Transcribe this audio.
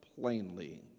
plainly